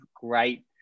great